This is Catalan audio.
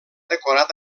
decorat